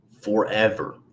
forever